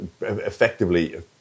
effectively